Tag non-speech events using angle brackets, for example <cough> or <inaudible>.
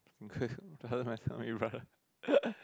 <laughs> rather myself in front <laughs>